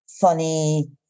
funny